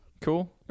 Cool